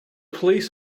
police